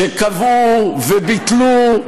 שקברו וביטלו,